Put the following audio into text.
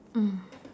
mm